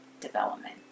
development